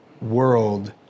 world